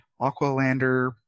Aqualander